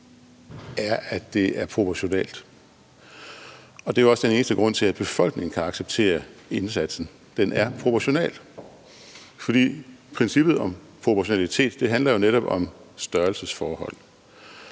er, at den er proportional. Det er jo også den eneste grund til, at befolkningen kan acceptere indsatsen. Den er proportional. For princippet om proportionalitet handler jo netop om størrelsesforhold.